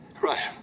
Right